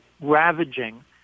ravaging